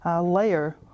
layer